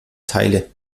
teile